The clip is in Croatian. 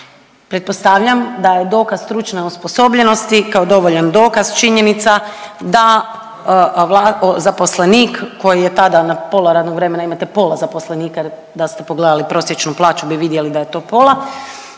Pretpostavljam da je dokaz stručne osposobljenosti kao dovoljan dokaz činjenica da zaposlenik koji je tada, na pola radnog vremena, imate pola zaposlenika, da ste pogledali prosječnu plaću bi vidjeli da je to pola,